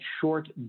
short